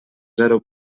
zero